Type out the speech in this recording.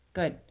good